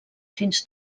fins